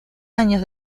años